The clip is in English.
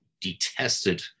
detested